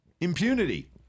impunity